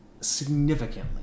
significantly